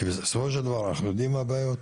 כי בסופו של דבר אנחנו יודעים מה הן הבעיות.